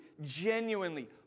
genuinely